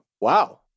wow